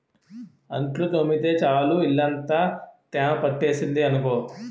అంట్లు తోమితే చాలు ఇల్లంతా తేమ పట్టేసింది అనుకో